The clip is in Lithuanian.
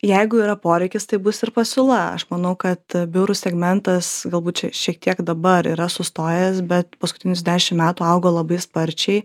jeigu yra poreikis tai bus ir pasiūla aš manau kad biurų segmentas galbūt šiek tiek dabar yra sustojęs bet paskutinius dešimt metų augo labai sparčiai